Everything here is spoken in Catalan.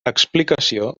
explicació